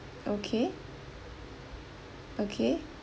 okay okay